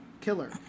killer